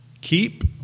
keep